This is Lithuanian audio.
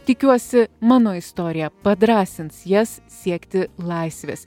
tikiuosi mano istorija padrąsins jas siekti laisvės